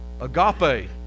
agape